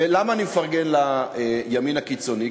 ולמה אני מפרגן לימין הקיצוני?